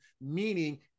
meaning